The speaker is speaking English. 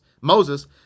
Moses